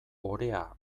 orea